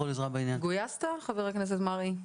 גויסת, חבר הכנסת מרעי?